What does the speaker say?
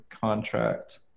contract